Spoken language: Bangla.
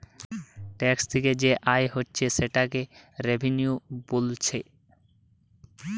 ট্যাক্স থিকে যে আয় হচ্ছে সেটাকে রেভিনিউ বোলছে